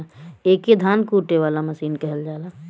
एके धान कूटे वाला मसीन कहल जाला